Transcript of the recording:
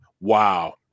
wow